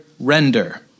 Render